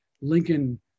Lincoln